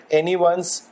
anyone's